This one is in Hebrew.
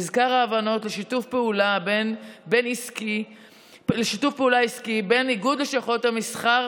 מזכר ההבנות לשיתוף פעולה עסקי בין איגוד לשכות המסחר